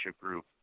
group